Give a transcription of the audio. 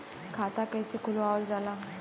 खाता कइसे खुलावल जाला?